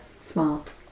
smart